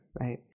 right